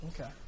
okay